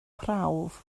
prawf